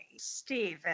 Stephen